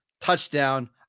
touchdown